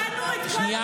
קראנו את כל החוק.